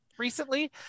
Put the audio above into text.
recently